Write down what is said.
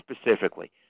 specifically